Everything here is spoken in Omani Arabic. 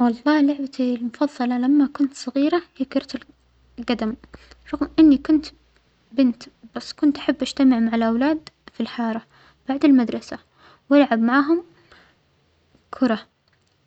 بولفار لعبتى المفظلة لما كنت صغيرة هى كرة الجدم رغم إنى كنت بنت،